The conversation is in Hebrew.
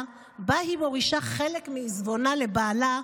שבה היא מורישה חלק מעיזבונה לבעלה,